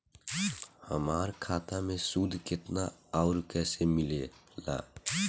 हमार खाता मे सूद केतना आउर कैसे मिलेला?